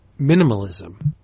minimalism